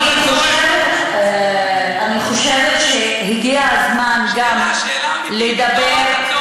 שאלה אמיתית, אני חושבת שהגיע הזמן גם לדבר,